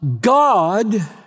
God